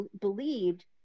believed